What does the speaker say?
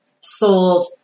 sold